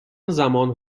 زمان